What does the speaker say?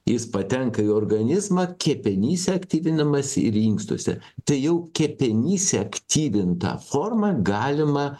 jis patenka į organizmą kepenyse aktyvinamas ir inkstuose tai jau kepenyse aktyvintą formą galima